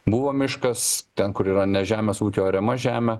buvo miškas ten kur yra ne žemės ūkio ariama žemė